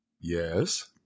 Yes